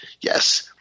yes